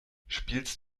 spielst